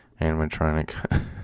animatronic